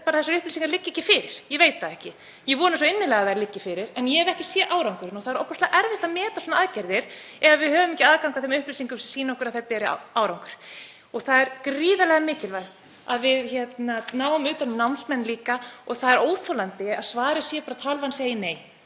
eða hvort þessar upplýsingar liggi ekki fyrir, ég veit það ekki. Ég vona svo innilega að þær liggi fyrir en ég hef ekki séð árangurinn. Og það er ofboðslega erfitt að meta svona aðgerðir ef við höfum ekki aðgang að upplýsingum sem sýna okkur að þær beri árangur. Það er gríðarlega mikilvægt að við náum utan um námsmenn líka og það er óþolandi að svarið sé bara: Tölvan segir nei,